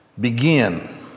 begin